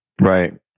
Right